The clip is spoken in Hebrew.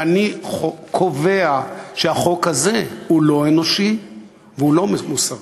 ואני קובע שהחוק הזה הוא לא אנושי והוא לא מוסרי.